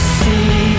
see